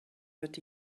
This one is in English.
but